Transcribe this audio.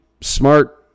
smart